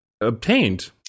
obtained